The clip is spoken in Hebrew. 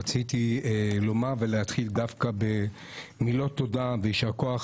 רציתי להתחיל במילות תודה ויישר כוח